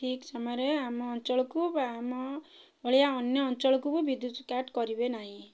ଠିକ୍ ସମୟରେ ଆମ ଅଞ୍ଚଳକୁ ବା ଆମ ଭଳିଆ ଅନ୍ୟ ଅଞ୍ଚଳକୁ ବି ବିଦ୍ୟୁତ୍ କାଟ୍ କରିବେ ନାହିଁ